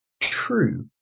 true